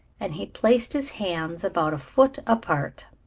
and he placed his hands about a foot apart.